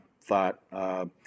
thought